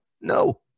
no